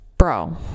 Bro